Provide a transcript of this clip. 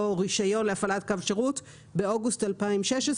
רישיון להפעלת קו שירות באוגוסט 2016,